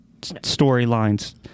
storylines